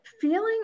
feeling